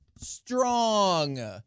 Strong